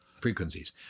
frequencies